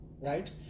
right